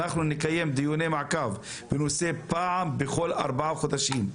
אנחנו נקיים דיוני מעקב בנושא אחת לארבעה חודשים,